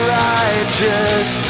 righteous